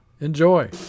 Enjoy